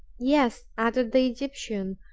yes, added the egyptian,